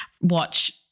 watch